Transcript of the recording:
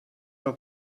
der